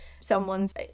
Someone's